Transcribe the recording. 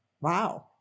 Wow